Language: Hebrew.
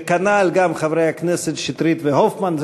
וכנ"ל חברי הכנסת שטרית והופמן.